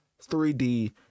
3D